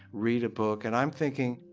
read a book. and i'm thinking,